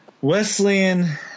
Wesleyan